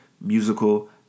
musical